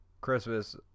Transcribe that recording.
Christmas